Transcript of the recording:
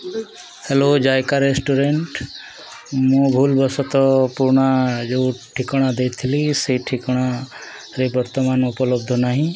hello Jaika restaurant ମୁଁ ଭୁଲବଶତଃ ପୁରୁଣା ଯେଉଁ ଠିକଣା ଦେଇଥିଲି ସେଇ ଠିକଣାରେ ବର୍ତ୍ତମାନ ଉପଲବ୍ଧ ନାହିଁ